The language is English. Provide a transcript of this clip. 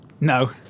No